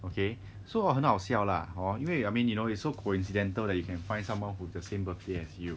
okay so hor 很好笑 lah hor 因为 I mean you know it's so coincidental that you can find someone who the same birthday with you